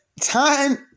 time